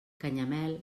canyamel